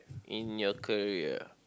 in your career